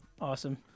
Awesome